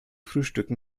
frühstücken